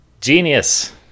Genius